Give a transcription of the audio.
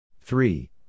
Three